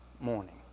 morning